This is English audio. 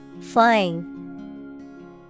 Flying